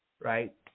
right